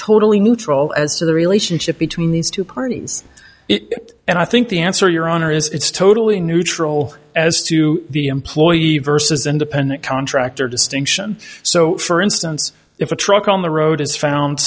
totally neutral as to the relationship between these two parties it and i think the answer your honor is it's totally neutral as to the employee versus independent contractor distinction so for instance if a truck on the road is found